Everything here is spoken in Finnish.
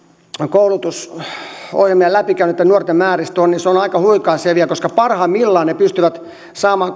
koulutusohjelmansa läpikäyneitten nuorten määristä on ovat aika huikaisevia koska parhaimmillaan he pystyvät saamaan